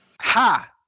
ha